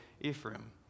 Ephraim